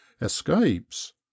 escapes